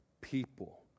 people